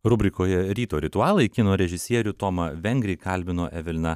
rubrikoje ryto ritualai kino režisierių tomą vengrį kalbino evelina